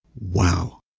Wow